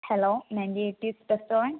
hello ninety eighties restaurant